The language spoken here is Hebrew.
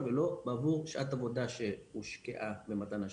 ולא בעבור שעת עבודה שהושקעה במתן השירות.